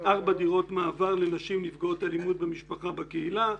ארבע דירות מעבר לנשים נפגעות אלימות במשפחה בקהילה,